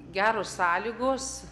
geros sąlygos